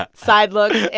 ah side looks.